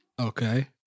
Okay